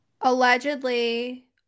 Allegedly